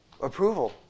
approval